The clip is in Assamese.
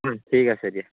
ঠিক আছে দিয়া